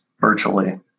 virtually